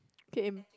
came